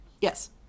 Yes